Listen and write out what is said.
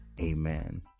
amen